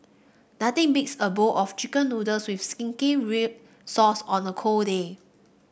nothing beats a bowl of chicken noodles with zingy red sauce on a cold day